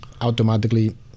automatically